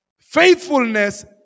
Faithfulness